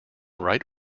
right